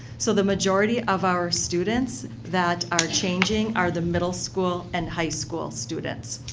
so, the majority of our students that are changing are the middle school and high school students.